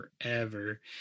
forever